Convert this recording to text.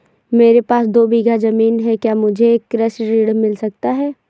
मेरे पास दो बीघा ज़मीन है क्या मुझे कृषि ऋण मिल सकता है?